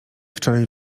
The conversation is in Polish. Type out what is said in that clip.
wczoraj